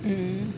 hmm